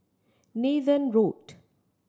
Nathan Road